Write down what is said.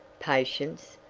patience,